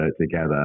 together